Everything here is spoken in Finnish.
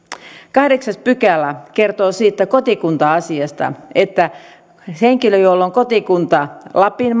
kahdeksas pykälä kertoo kotikunta asiasta että henkilöllä jolla on kotikunta lapin